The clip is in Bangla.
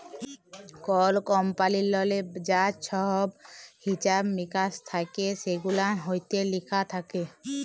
কল কমপালিললে যা ছহব হিছাব মিকাস থ্যাকে সেগুলান ইত্যে লিখা থ্যাকে